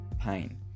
pain